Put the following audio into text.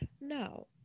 No